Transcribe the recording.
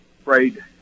Afraid